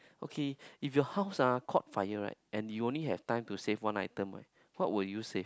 okay if your house ah caught fire right and you only have time to save one item right what will you save